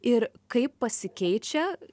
ir kaip pasikeičia